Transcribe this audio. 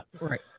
right